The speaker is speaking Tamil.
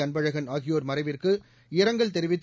அன்பழகள் ஆகியோர் மறைவிற்கு இரங்கல் தெரிவித்து